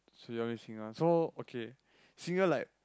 so you want me sing ah so okay singer like